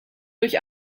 durch